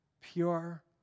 pure